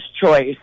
choice